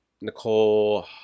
Nicole